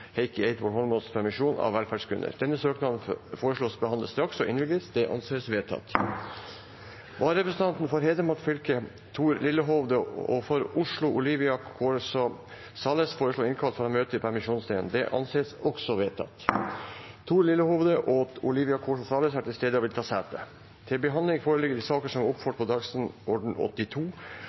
Heikki Eidsvoll Holmås’ permisjon, av velferdsgrunner. Etter forslag fra presidenten ble enstemmig besluttet: Søknaden behandles straks og innvilges. Vararepresentantene, for Hedmark fylke Thor Lillehovde og for Oslo Olivia Corso Salles, innkalles for å møte i permisjonstiden. Thor Lillehovde og Olivia Corso Salles er til stede og vil ta sete. Før sakene på dagens kart tas opp til behandling,